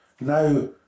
Now